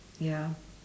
ya